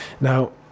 Now